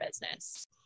business